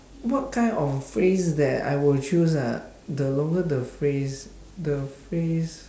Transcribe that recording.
what kind of phrase that I will choose ah the longer the phrase the phrase